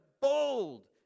bold